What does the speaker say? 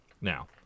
Now